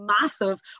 massive